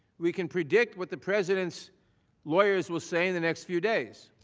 we can predict what the president's lawyers will say in the next few days.